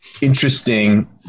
interesting